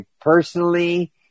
personally